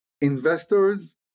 investors